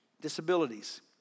disabilities